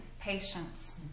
patience